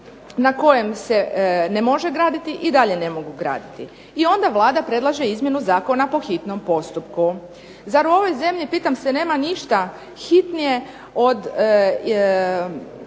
na kojem se ne može graditi i dalje ne mogu graditi. I onda Vlada predlaže izmjenu zakona po hitnom postupku. Zar u ovoj zemlji pitam se nema ništa hitnije od